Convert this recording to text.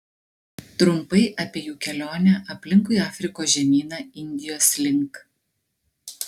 trumpai apie jų kelionę aplinkui afrikos žemyną indijos link